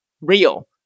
real